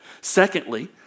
Secondly